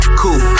cool